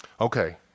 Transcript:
Okay